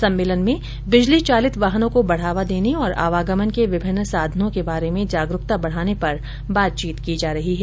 सम्मेलन में बिजली चालित वाहनों को बढ़ावा देने और आवागमन के विभिन्न साधनों के बारे में जागरूकता बढ़ाने पर बातचीत की जा रही है